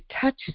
touch